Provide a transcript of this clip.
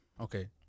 Okay